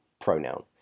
pronoun